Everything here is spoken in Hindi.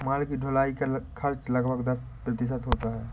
माल की ढुलाई का खर्च लगभग दस प्रतिशत होता है